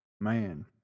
man